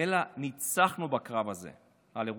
אלא ניצחנו בקרב הזה על ירושלים.